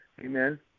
amen